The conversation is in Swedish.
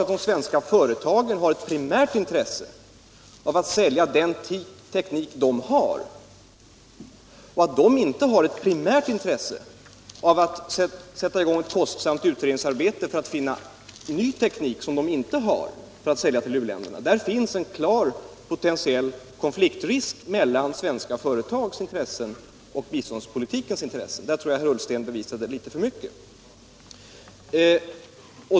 Men de svenska företagen har naturligtvis ett primärt intresse av att sälja den teknik de har men inte av att sätta i gång ett kostsamt utredningsarbete för att finna ny teknik, som de inte har, att sälja till u-länderna. Där finns en klar potentiell konfliktrisk mellan svenska företags intressen och biståndspolitikens intressen. På den punkten tror jag alltså att herr Ullsten bevisade litet för mycket.